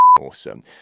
awesome